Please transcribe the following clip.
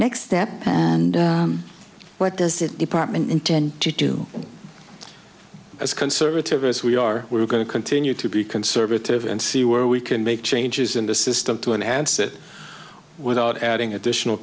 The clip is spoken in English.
next step and what does that department intend to do as conservative as we are we're going to continue to be conservative and see where we can make changes in the system to enhance it without adding additional